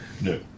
No